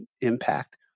impact